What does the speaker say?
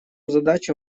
задачу